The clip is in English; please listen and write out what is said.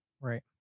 Right